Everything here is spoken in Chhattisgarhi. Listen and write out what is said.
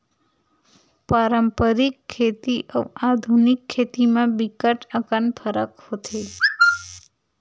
पारंपरिक खेती अउ आधुनिक खेती म बिकट अकन फरक होथे